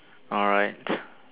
alright